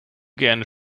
gerne